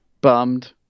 bummed